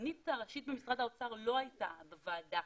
הכלכלנית הראשית במשרד האוצר לא הייתה בוועדה